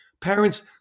parents